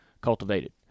cultivated